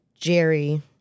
Jerry